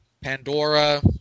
Pandora